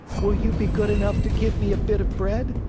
will you be good enough to give me a bit of bread?